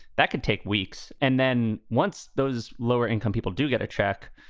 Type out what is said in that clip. that can take weeks. and then once those lower income people do get a check,